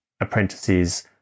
apprentices